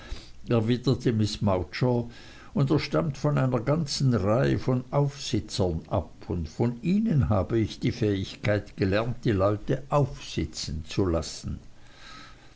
und er stammt von einer ganzen reihe von aufsitzern ab und von ihnen habe ich die fähigkeit gelernt die leute aufsitzen zu lassen